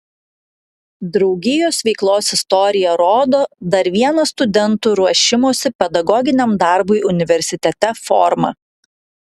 draugijos veiklos istorija rodo dar vieną studentų ruošimosi pedagoginiam darbui universitete formą